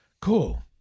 Cool